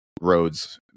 roads